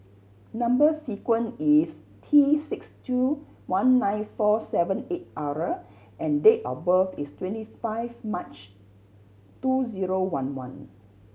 number sequence is T six two one nine four seven eight R and date of birth is twenty five March two zero one one